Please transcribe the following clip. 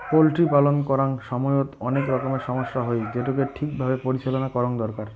poultry পালন করাং সমইত অনেক রকমের সমস্যা হই, যেটোকে ঠিক ভাবে পরিচালনা করঙ দরকার